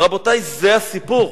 רבותי, זה הסיפור.